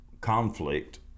conflict